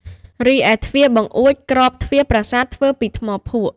រីឯទ្វារ បង្អួច ក្របទ្វារប្រាសាទធ្វើពីថ្មភក់។